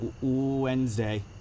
Wednesday